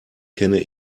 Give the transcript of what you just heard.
kenne